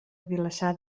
vilassar